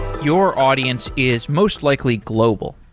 your audience is most likely global.